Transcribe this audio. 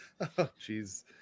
Jeez